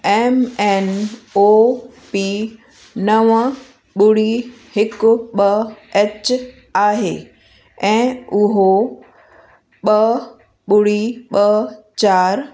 M N O P नव ॿुड़ी हिकु ॿ एच आहे ऐं उहो ॿ ॿुड़ी ॿ चारि